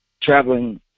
traveling